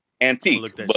Antique